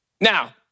Now